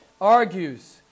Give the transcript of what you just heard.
argues